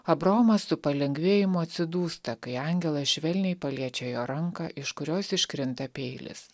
abraomas su palengvėjimu atsidūsta kai angelas švelniai paliečia jo ranką iš kurios iškrinta peilis